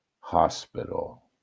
hospital